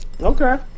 Okay